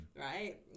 right